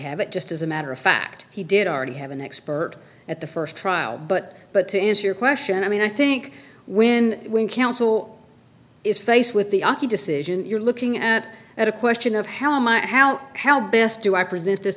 have it just as a matter of fact he did already have an expert at the first trial but but to answer your question i mean i think when when counsel is faced with the iraqi decision you're looking at at a question of how am i how how best do i present